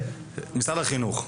משרד החינוך.